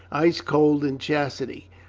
ice-cold in chastity,